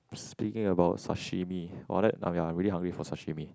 speaking about sashimi !wah! let ya I'm very hungry for sashimi